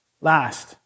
Last